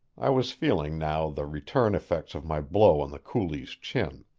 i was feeling now the return effects of my blow on the coolie's chin.